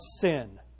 sin